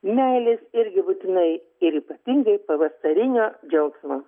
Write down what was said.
meilės irgi būtinai ir ypatingai pavasarinio džiaugsmo